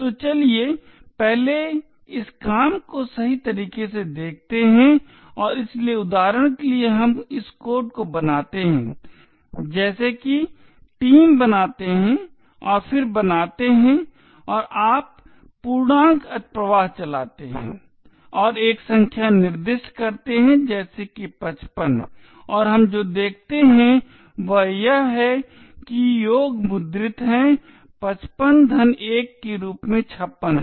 तो चलिए पहले इस काम को सही तरीके से देखते हैं और इसलिए उदाहरण के लिए हम इस कोड को बनाते हैं जैसे कि टीम बनाते हैं और फिर बनाते हैं और आप पूर्णांक अतिप्रवाह चलाते हैं और एक संख्या निर्दिष्ट करते हैं जैसे कि 55 और हम जो देखते हैं वह यह है कि योग मुद्रित है 55 1 के रूप में 56 है